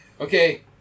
Okay